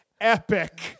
epic